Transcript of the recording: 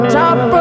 top